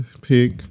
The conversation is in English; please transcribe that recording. pick